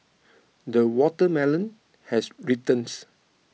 the watermelon has